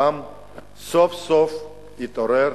והעם סוף-סוף התעורר,